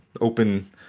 open